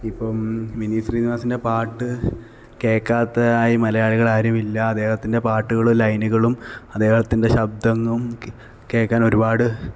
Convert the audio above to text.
ഇപ്പം വിനീത് ശ്രീനിവാസന്റെ പാട്ട് കേൾക്കാത്തതായി മലയാളികൾ ആരുമില്ല അദ്ദേഹത്തിന്റെ പാട്ടുകളും ലൈനുകളും അദ്ദേഹത്തിന്റെ ശബ്ദവും കേൾക്കാന് ഒരുപാട്